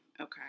Okay